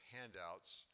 handouts